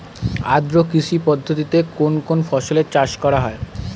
আদ্র কৃষি পদ্ধতিতে কোন কোন ফসলের চাষ করা হয়?